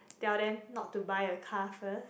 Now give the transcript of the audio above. tell them not to buy a car first